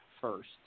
first